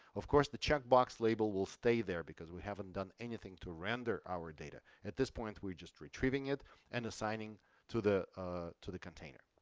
of course the checkbox label will stay there, because we haven't done anything to render our data at this point. we're just retrieving it and assigning to the ah to the container.